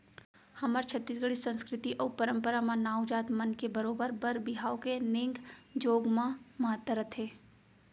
हमर छत्तीसगढ़ी संस्कृति अउ परम्परा म नाऊ जात मन के बरोबर बर बिहाव के नेंग जोग म महत्ता रथे